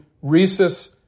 rhesus